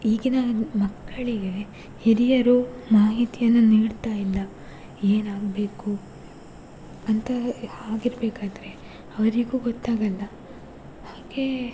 ಈಗಿನ ಮಕ್ಕಳಿಗೆ ಹಿರಿಯರು ಮಾಹಿತಿಯನ್ನು ನೀಡ್ತಾಯಿಲ್ಲ ಏನಾಗಬೇಕು ಅಂತ ಹಾಗಿರಬೇಕಾದ್ರೆ ಅವರಿಗೂ ಗೊತ್ತಾಗಲ್ಲ ಹಾಗೇ